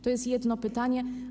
To jest jedno pytanie.